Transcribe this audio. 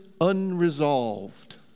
unresolved